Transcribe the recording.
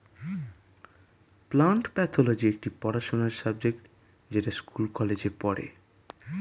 plant pathology একটি পড়াশোনার subject যেটা স্কুল কলেজে পড়ে